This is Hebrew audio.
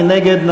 מי נגד?